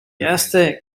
erste